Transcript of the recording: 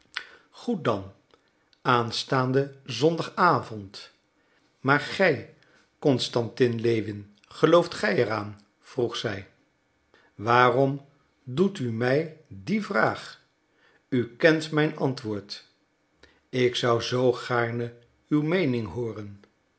goed dan aanstaanden zondagavond maar gij constantin lewin gelooft gij er aan vroeg zij waarom doet u mij die vraag u kent mijn antwoord ik zou zoo gaarne uw meening hooren